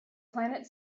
planet